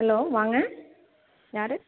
hello வாங்க யார்